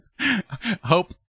hope